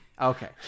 okay